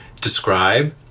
describe